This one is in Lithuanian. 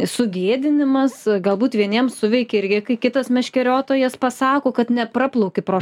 sugėdinimas gal būt vieniem suveikia irgi kai kitas meškeriotojas pasako kad ne praplauki pro